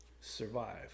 survive